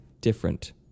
different